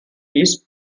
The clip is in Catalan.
pis